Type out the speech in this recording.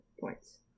points